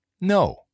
No